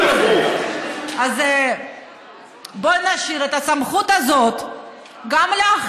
אז בואו נשאיר גם את הסמכות הזאת להחליט,